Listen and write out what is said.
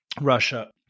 Russia